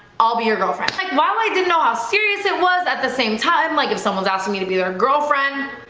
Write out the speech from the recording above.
i'll be your girlfriend. like wow i didn't know how serious it was at the same time. like if someone's asking me to be their girlfriend,